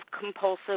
compulsive